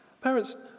Parents